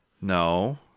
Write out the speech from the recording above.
No